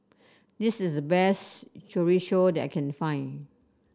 this is the best Chorizo that I can find